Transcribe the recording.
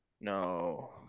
No